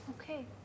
Okay